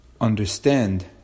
understand